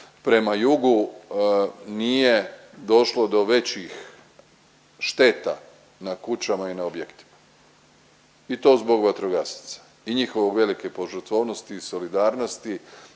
prema jugu nije došlo do većih šteta na kućama i na objektima i to zbog vatrogasaca i njihove velike požrtvovnosti i solidarnosti,